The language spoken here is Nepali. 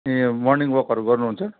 ए मर्निङ वकहरू गर्नुहुन्छ